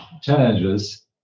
challenges